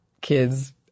kids